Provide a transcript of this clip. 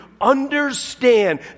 understand